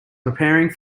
preparing